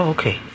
Okay